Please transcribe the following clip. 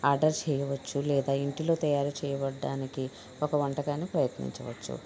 order చేయవచ్చు లేదా ఇంటిలో తయారుచేయబడ్డానికి ఒక వంటకాన్ని ప్రయత్నించవచ్చు